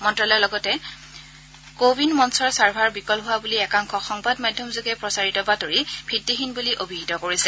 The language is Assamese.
মন্ত্যালয়ে লগতে কোৱিন মঞ্চৰ ছাৰ্ভাৰ বিকল হোৱা বুলি একাংশ সংবাদ মাধ্যম যোগে প্ৰচাৰিত বাতৰি ভিত্তিহীন বুলি অভিহিত কৰিছে